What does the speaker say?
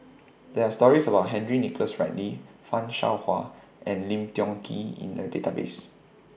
There Are stories about Henry Nicholas Ridley fan Shao Hua and Lim Tiong Ghee in The Database